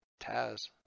Taz